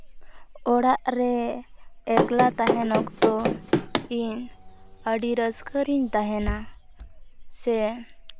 ᱚᱲᱟᱜ ᱨᱮ ᱮᱠᱞᱟ ᱛᱟᱦᱮᱱ ᱚᱠᱛᱚ ᱤᱧ ᱟᱹᱰᱤ ᱨᱟᱹᱥᱠᱟᱹ ᱨᱮᱧ ᱛᱟᱦᱮᱱᱟ ᱥᱮ